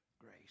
grace